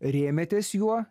rėmėtės juo